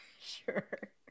Sure